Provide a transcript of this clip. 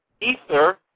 Ether